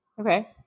Okay